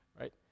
Right